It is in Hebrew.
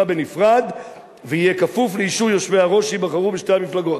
בנפרד ויהיה כפוף לאישור יושבי-הראש שייבחרו בשתי המפלגות.